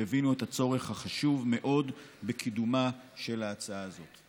שהבינו את הצורך החשוב מאוד בקידומה של ההצעה הזאת.